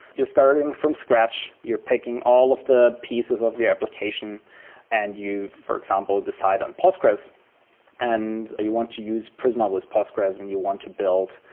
you're starting from scratch. you're taking all of the pieces of your application and you, for example, decide on postgres and you want to use prisma with postgres and you want to build,